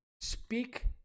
speak